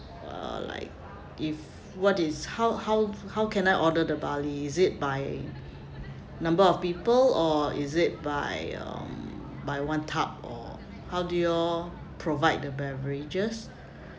uh like if what is how how how can I order the barley is it by number of people or is it by um by one tub or how do you all provide the beverages